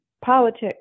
politics